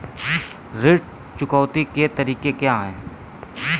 ऋण चुकौती के तरीके क्या हैं?